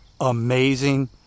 amazing